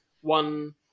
one